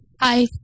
Hi